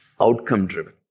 outcome-driven